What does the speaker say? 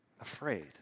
afraid